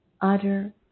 utter